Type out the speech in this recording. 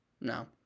No